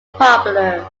popular